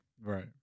Right